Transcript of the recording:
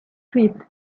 street